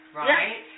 right